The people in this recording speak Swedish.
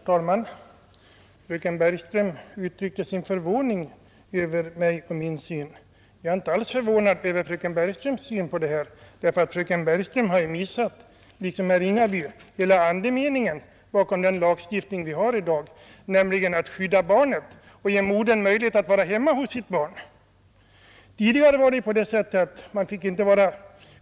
Herr talman! Fröken Bergström uttryckte sin förvåning över mig och min syn på denna fråga. Jag är inte alls förvånad över detta uttalande eftersom fröken Bergström liksom herr Ringaby har missuppfattat andemeningen bakom den lagstiftning vi har i dag, nämligen att skydda barnet och ge modern möjlighet att vara hemma hos sitt barn. Tidigare var det ju så att modern inte fick vara